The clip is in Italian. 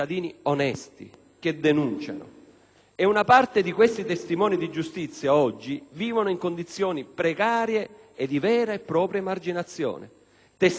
e una parte di essi oggi vive in condizioni precarie e di vera e propria emarginazione. Testimoni di giustizia che hanno avuto il coraggio